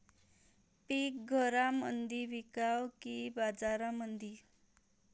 पीक घरामंदी विकावं की बाजारामंदी?